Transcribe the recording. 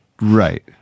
right